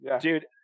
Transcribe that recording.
Dude